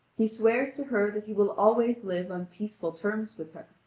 he swears to her that he will always live on peaceful terms with her,